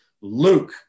Luke